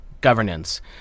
Governance